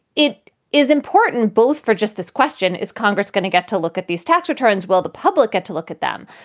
it is important both for just this question, is congress going to get to look at these tax returns? will the public get to look at them?